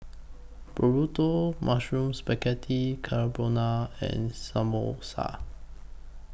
Burrito Mushroom Spaghetti Carbonara and Samosa